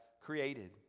created